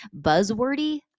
buzzwordy